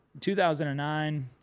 2009